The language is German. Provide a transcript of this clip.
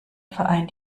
verein